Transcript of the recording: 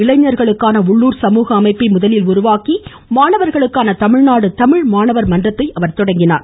இளைஞர்களுக்கான உள்ளுர் சமூக அமைப்பை முதலில் உருவாக்கி மாணவர்களுக்கான தமிழ்நாடு தமிழ் மாணவர் மன்றத்தை அவர் தொடங்கினார்